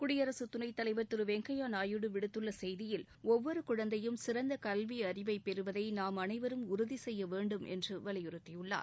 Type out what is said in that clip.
குடியரசுத் துணைத் தலைவர் திரு வெங்கையா நாயுடு விடுத்துள்ள செய்தியில் ஒவ்வொரு குழந்தையும் சிறந்த கல்வி அறிவை பெறுவதை நாம் அனைவரும் உறுதி செய்ய வேண்டும் என்று வலியுறுத்தியுள்ளார்